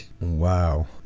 Wow